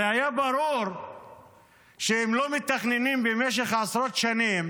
הרי היה ברור שאם לא מתכננים במשך עשרות שנים,